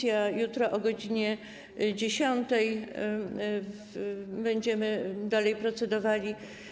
Jutro o godz. 10 będziemy dalej procedowali.